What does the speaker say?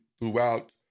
throughout